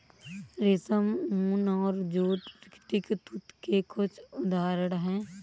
रेशम, ऊन और जूट प्राकृतिक तंतु के कुछ उदहारण हैं